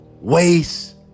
waste